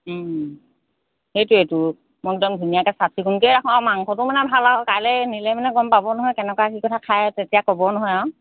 সেইটোৱেতো মই একদম ধুনীয়াকৈ চাফ চিকুণকৈয়ে ৰাখোঁ আৰু মাংসটো মানে ভাল আৰু কাইলৈ নিলে মানে গম পাব নহয় কেনেকুৱা কি কথা খায় তেতিয়া ক'ব নহয় আৰু